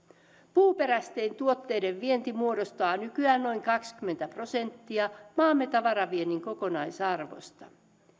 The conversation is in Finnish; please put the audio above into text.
puuperäisten tuotteiden vienti muodostaa nykyään noin kaksikymmentä prosenttia maamme tavaraviennin kokonaisarvosta